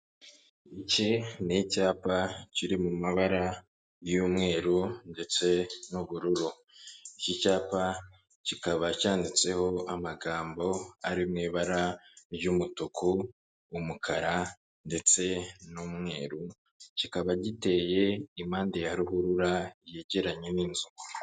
Iki ni icyapa kiri mu mabara y'umweru ndetse n'ubururu. Iki cyapa kikaba cyanditseho amagambo ari mu ibara ry'umutuku, umukara ndetse n'umweru, kikaba giteye impande ya ruhurura yegeranye n'inzu.